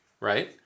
Right